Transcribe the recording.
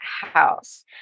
house